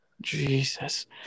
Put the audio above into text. Jesus